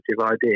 idea